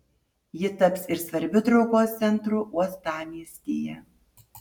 ji taps ir svarbiu traukos centru uostamiestyje